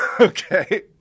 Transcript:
Okay